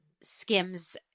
Skims